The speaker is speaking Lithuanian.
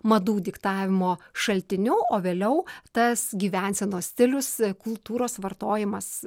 madų diktavimo šaltiniu o vėliau tas gyvensenos stilius kultūros vartojimas